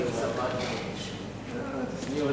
כבוד היושבת-ראש פרופסור יולי תמיר,